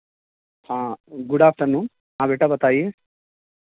ہاں good afternoon ہاں بیٹا بتائیے